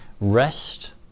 rest